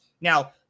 Now